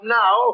now